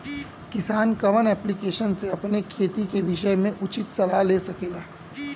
किसान कवन ऐप्लिकेशन से अपने खेती के विषय मे उचित सलाह ले सकेला?